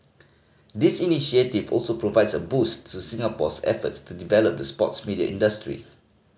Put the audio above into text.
this initiative also provides a boost to Singapore's efforts to develop the sports media industry